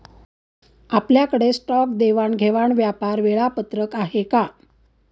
आपल्याकडे स्टॉक देवाणघेवाण व्यापार वेळापत्रक आहे का?